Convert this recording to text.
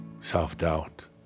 self-doubt